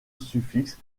suffixe